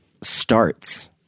starts